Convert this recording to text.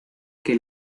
que